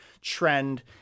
trend